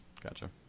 Gotcha